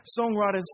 songwriter's